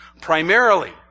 primarily